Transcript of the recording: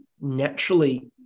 naturally